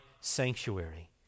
sanctuary